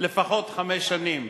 לפחות חמש שנים.